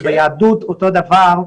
שביהדות אותו דבר,